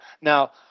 Now